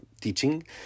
teaching